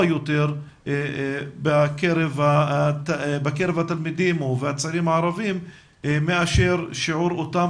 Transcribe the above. יותר בקרב התלמידים והצעירים הערבים מאשר השיעור - באותם